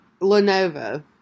Lenovo